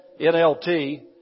NLT